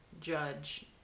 judge